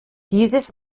dieses